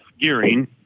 gearing